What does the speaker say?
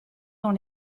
dans